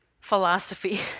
philosophy